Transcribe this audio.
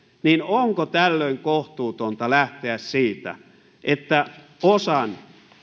niin onko tällöin kohtuutonta lähteä siitä että osan